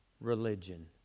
religion